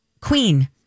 Queen